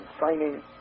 signing